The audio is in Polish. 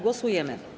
Głosujemy.